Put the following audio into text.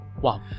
Wow